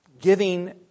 giving